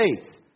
States